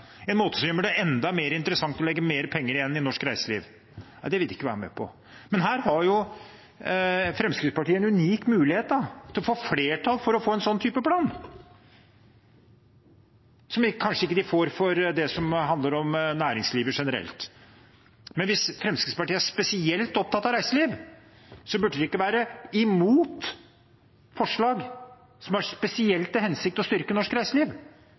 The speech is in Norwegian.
en måte som gjør det enda mer interessant å legge mer penger igjen i norsk reiseliv? Nei, det vil de ikke være med på. Her har Fremskrittspartiet en unik mulighet til å få flertall for en sånn plan, som de kanskje ikke får for det som handler om næringslivet generelt. Hvis Fremskrittspartiet er spesielt opptatt av reiseliv, burde de ikke være imot forslag som spesielt har til hensikt å styrke norsk reiseliv,